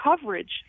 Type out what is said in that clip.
coverage